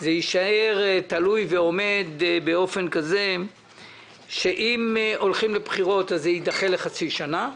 זה יישאר תלוי ועומד באופן כזה שאם הולכים לבחירות זה יידחה לחצי שנה,